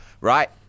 right